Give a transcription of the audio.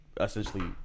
essentially